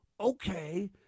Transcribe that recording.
Okay